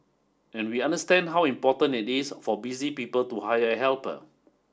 and we understand how important it is for busy people to hire a helper